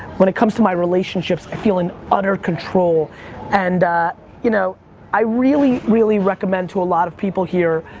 when it comes to my relationships, i feel in utter control and you know i really, really recommend to a lot of people here.